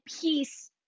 peace